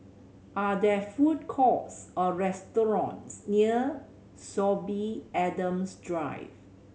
are there food courts or restaurants near Sorby Adams Drive